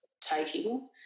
taking